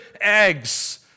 eggs